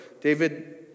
David